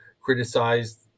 criticized